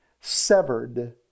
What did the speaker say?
severed